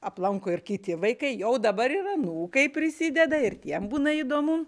aplanko ir kiti vaikai jau dabar ir anūkai prisideda ir tiem būna įdomu